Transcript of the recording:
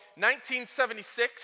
1976